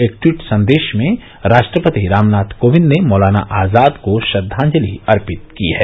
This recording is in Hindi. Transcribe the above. एक ट्वीट संदेश में राष्ट्रपति रामनाथ कोविंद ने मौलाना आजाद को श्रद्वांजलि अर्पित की है